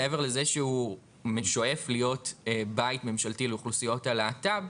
מעבר לזה שהוא שואף להיות בית ממשלתי לאוכלוסיות הלהט"ב,